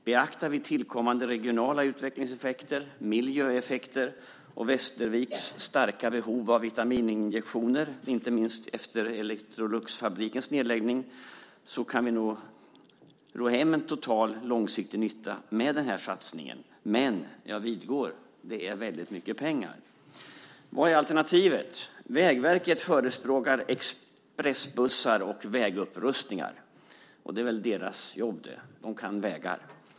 Beaktar vi tillkommande regionala utvecklingseffekter, miljöeffekter och Västerviks starka behov av vitamininjektioner inte minst efter Electroluxfabrikens nedläggning, kan vi nog ro hem en total långsiktig nytta med satsningen. Men jag vidgår att det är väldigt mycket pengar. Vad är alternativet? Vägverket förespråkar expressbussar och vägupprustningar. Det är väl deras jobb. De kan vägar.